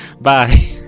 Bye